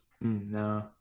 No